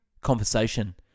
conversation